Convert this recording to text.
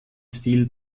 stil